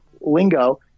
lingo